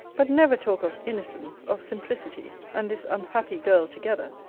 but never talk of innocence, of simplicity, and this unhappy girl, together!